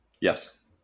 Yes